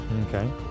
Okay